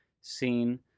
seen